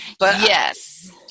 Yes